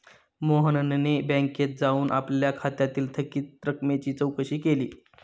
मोहनने बँकेत जाऊन आपल्या खात्यातील थकीत रकमेची चौकशी केली